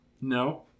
No